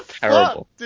terrible